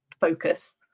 focus